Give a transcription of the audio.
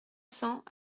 cents